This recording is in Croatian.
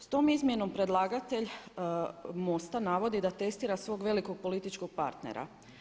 S tom izmjenom predlagatelj MOST-a navodi da testira svog velikog političkog partnera.